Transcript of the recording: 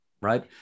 right